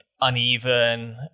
uneven